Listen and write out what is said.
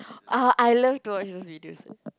ah I love to watch those videos uh